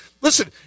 Listen